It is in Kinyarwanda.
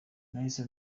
nahise